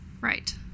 right